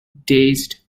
dazed